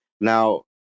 Now